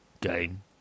game